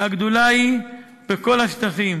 והגדולה היא בכל השטחים.